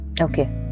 Okay